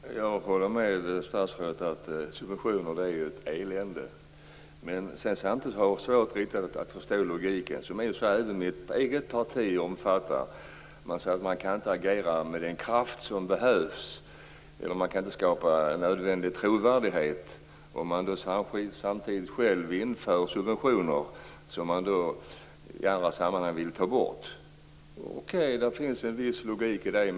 Fru talman! Jag håller med statsrådet om att subventioner är ett elände. Samtidigt har jag svårt att riktigt förstå logiken, som även mitt eget parti omfattar. Man säger att man inte kan agera med den kraft som behövs, att man inte kan skapa nödvändig trovärdighet om man samtidigt själv inför subventioner som man i andra sammanhang vill ta bort. Okej, det finns en viss logik i det.